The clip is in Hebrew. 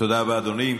תודה רבה, אדוני.